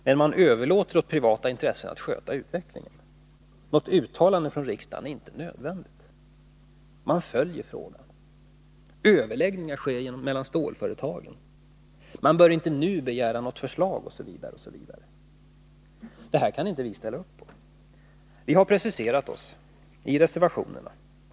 Men man överlåter åt privata intressen att sköta utvecklingen, något uttalande från riksdagen är inte nödvändigt, man följer frågan, överläggningar sker mellan stålföretagen, man bör inte nu begära något förslag — osv. Detta kan vi inte ställa upp för. Vi har preciserat oss i reservationerna.